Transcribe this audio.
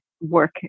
work